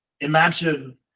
Imagine